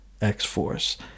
X-Force